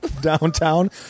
downtown